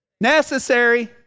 necessary